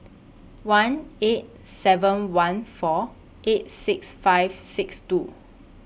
one eight seven one four eight six five six two